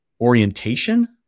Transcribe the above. orientation